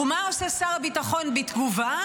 ומה עושה שר הביטחון בתגובה?